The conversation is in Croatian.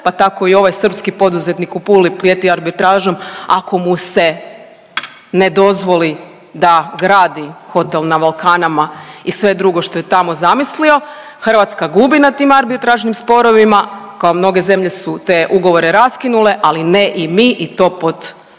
pa tako i ovaj srpski poduzetnik u Puli prijeti arbitražom ako mu se ne dozvoli da gradi hotel na Valkanama i sve drugo što je tamo zamislio. Hrvatska gubi na tim arbitražnim sporovima, kao mnoge zemlje su te ugovore raskinule, ali ne i mi i to pod